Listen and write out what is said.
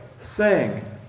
sing